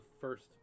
first